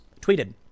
tweeted